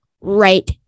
right